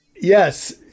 Yes